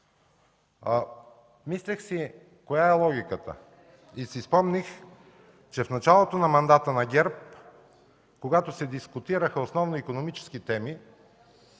Мислех си каква е логиката, и си спомних, че в началото на мандата на ГЕРБ, когато се дискутираха основно икономически теми,